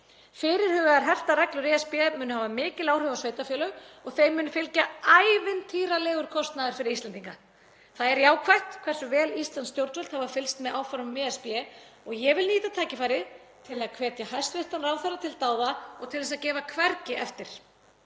Fyrirhugaðar hertar reglur ESB munu hafa mikil áhrif á sveitarfélög og þeim mun fylgja ævintýralegur kostnaður fyrir Íslendinga. Það er jákvætt hversu vel íslensk stjórnvöld hafa fylgst með áformum ESB og ég vil nýta tækifærið til að hvetja hæstv. ráðherra til dáða og til að gefa hvergi eftir.